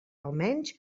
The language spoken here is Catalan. almenys